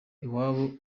iwabo